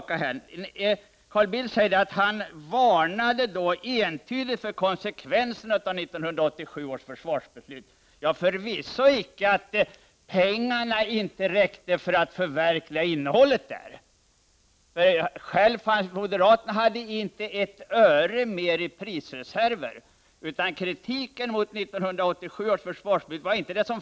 Carl Bildt sade att han entydigt hade varnat för konsekvenserna av 1987 års försvarsbeslut. Förvisso varnade han inte för att pengarna inte skulle räcka för att förverkliga innehållet i 1987 års försvarsbeslut. Moderaterna hade inte ett öre mer i prisreserver. Kritiken mot 1987 års försvarsbeslut gällde inte innehållet.